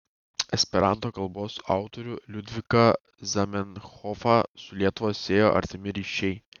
esperanto kalbos autorių liudviką zamenhofą su lietuva siejo artimi ryšiai